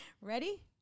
Ready